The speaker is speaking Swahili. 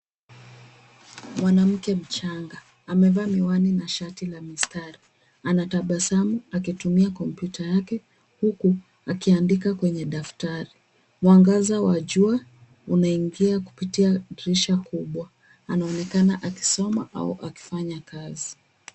Mwanamke mchanga, amevaa miwani na shati la mistari. Anatabasamu akitumia kompyuta yake, huku akiandika kwenye daftari. Mwangaza wa jua unaingia kupitia dirisha kubwa. Anaonekana akisoma au akifanya kazi.